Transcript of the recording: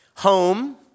Home